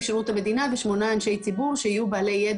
שירות המדינה ושמונה אנשי ציבור שיהיו בעלי ידע